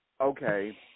okay